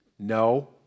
No